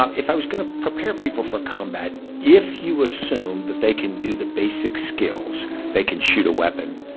ah if i was going to prepare people for combat if you assume that they can do the basic skills they can shoot a weapon,